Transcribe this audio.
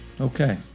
Okay